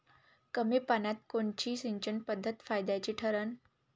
कमी पान्यात कोनची सिंचन पद्धत फायद्याची ठरन?